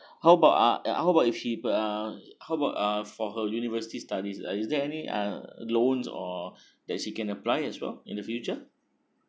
how about ah uh how about if she per~ uh how about uh for her university studies uh is there any uh loans or that she can apply as well in the future